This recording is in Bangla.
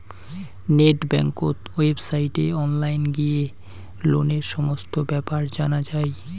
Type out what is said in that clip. নেট বেংকত ওয়েবসাইটে অনলাইন গিয়ে লোনের সমস্ত বেপার জানা যাই